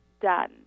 done